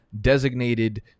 designated